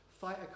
Fight